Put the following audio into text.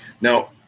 Now